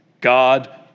God